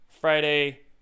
Friday